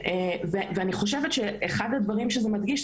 ואני חושבת שאחד הדברים שזה מדגיש,